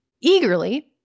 eagerly